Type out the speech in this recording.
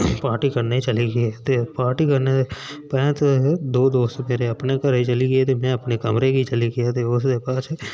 party करने गी चली गे ते पार्टी करने दे परैंत ते दौ दोस्त मेरे अपने घरे गी चली गे ते में अपने कमरे गी चली गेआ ते उस दे बाद